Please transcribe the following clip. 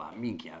minchia